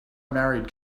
married